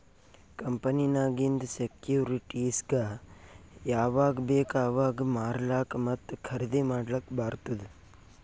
ಕಂಪನಿನಾಗಿಂದ್ ಸೆಕ್ಯೂರಿಟಿಸ್ಗ ಯಾವಾಗ್ ಬೇಕ್ ಅವಾಗ್ ಮಾರ್ಲಾಕ ಮತ್ತ ಖರ್ದಿ ಮಾಡ್ಲಕ್ ಬಾರ್ತುದ್